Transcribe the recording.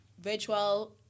virtual